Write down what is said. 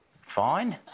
fine